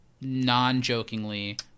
non-jokingly